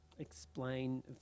Explain